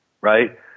Right